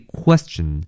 question